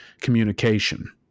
communication